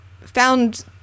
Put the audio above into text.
found